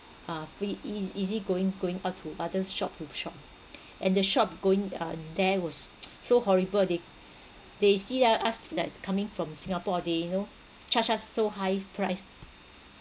ah free eas~ easy going going out to other shop to shop and the shop going uh there was so horrible they they see ah us like coming from singapore ah they you know charge us so high price